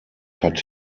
hat